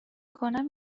کنم